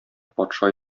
патша